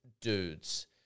dudes